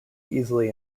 easily